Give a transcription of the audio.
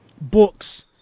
books